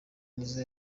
nizzo